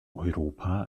europa